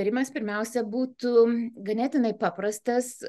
irimas pirmiausia būtų ganėtinai paprastas